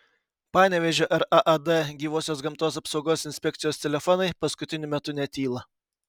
panevėžio raad gyvosios gamtos apsaugos inspekcijos telefonai paskutiniu metu netyla